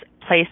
place